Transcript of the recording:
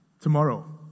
tomorrow